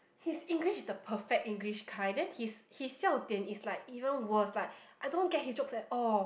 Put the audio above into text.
his English is the perfect English kind then his his 笑点 is like even worst like I don't get his jokes at all